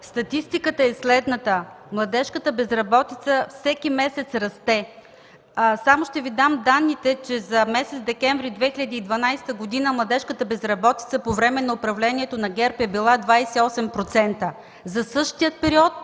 Статистиката е следната: младежката безработица всеки месец расте. Само ще Ви дам данните, че за месец декември 2012 г. младежката безработица по време на управлението на ГЕРБ е била 28%. За същия период